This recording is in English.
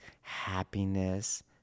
happiness